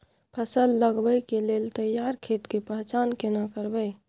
फसल लगबै के लेल तैयार खेत के पहचान केना करबै?